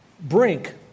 brink